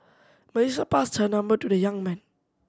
Melissa passed her number to the young man